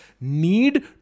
need